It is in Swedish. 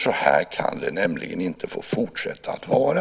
Så här kan det nämligen inte få fortsätta att vara!